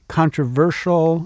controversial